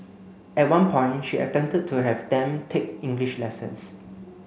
at one point she attempted to have them take English lessons